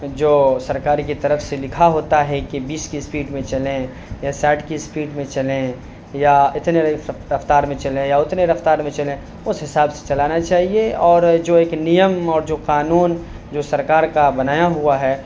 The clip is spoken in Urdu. جو سرکار کی طرف سے لکھا ہوتا ہے کہ بیس کی اسپیڈ میں چلیں یا ساٹھ کی اسپیڈ میں چلیں یا اتنے رفتار میں چلیں یا اتنے رفتار میں چلیں اس حساب سے چلانا چاہیے اور جو ایک نیم اور جو قانون جو سرکار کا بنایا ہوا ہے